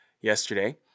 yesterday